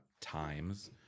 times